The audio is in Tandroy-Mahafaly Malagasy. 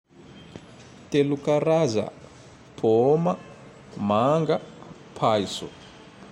Telo karaza pôma, manga, paiso.